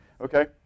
Okay